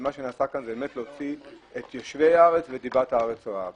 מה שנעשה כאן זה באמת להוציא את יושבת הארץ ודיבת הארץ רעה.